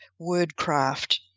wordcraft